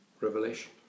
revelation